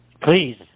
Please